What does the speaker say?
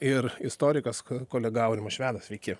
ir istorikas kolega aurimas švedas sveiki